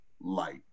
light